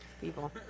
people